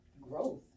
Growth